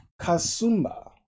Kasumba